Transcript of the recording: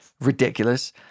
ridiculous